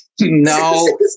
No